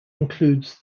includes